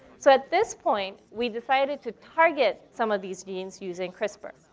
so at this point, we decided to target some of these genes using crispr.